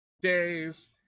days